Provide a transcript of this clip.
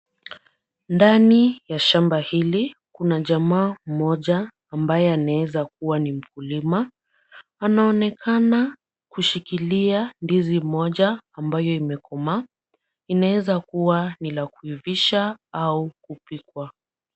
Ndani ya shamba hili kuna jamaa mmoja ambaye anaeza kuwa ni mkulima, anaonekana kushikilia ndizi moja ambayo imekomaa inaeza kuwa ni la kuivisha au kupikwa.